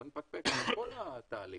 ואו נפקפק בכל התהליך.